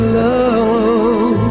love